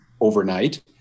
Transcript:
overnight